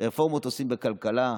עושים בכלכלה,